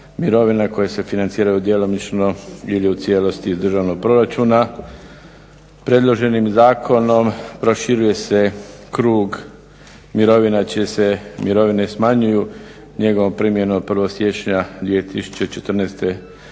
mirovina koje se financiraju djelomično ili u cijelosti iz državnog proračuna. Predloženim zakonom proširuje se krug mirovina čije se mirovine smanjuju njegovom primjenom od 1. siječnja 2014.